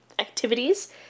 activities